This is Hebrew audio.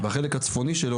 והחלק הצפוני שלו,